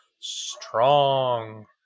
Strong